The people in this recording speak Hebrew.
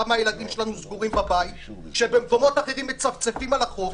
למה הילדים שלנו סגורים בבית כשבמקומות אחרים מצפצפים על החוק.